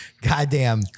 goddamn